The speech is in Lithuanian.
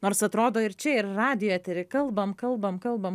nors atrodo ir čia ir radijo etery kalbam kalbam kalbam